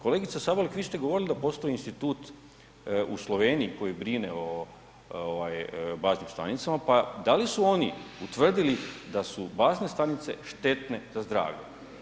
Kolegica Sabolek vi ste govorili da postoji institut u Sloveniji koji brine o ovaj baznim stanicama, pa da li su oni utvrdili da su bazne stanice štetne za zdravlje?